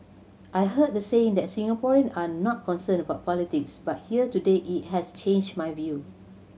I heard the saying that Singaporean are not concerned about politics but here today it has changed my view